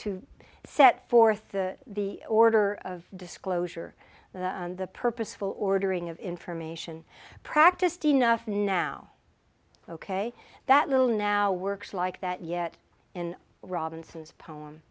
to set forth the the order of disclosure the purposeful ordering of information practiced enough now ok that little now works like that yet in robinson's poem